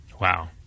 Wow